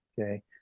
okay